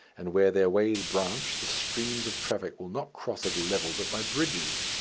and where their ways branch the streams of traffic will not cross at a level but by bridges.